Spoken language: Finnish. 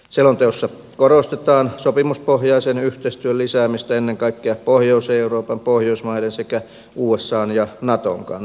selonteossa korostetaan sopimuspohjaisen yhteistyön lisäämistä ennen kaikkea pohjois euroopan pohjoismaiden sekä usan ja naton kanssa